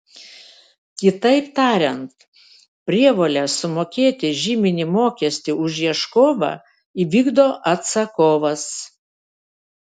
kitaip tariant prievolę sumokėti žyminį mokestį už ieškovą įvykdo atsakovas